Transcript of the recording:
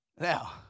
Now